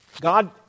God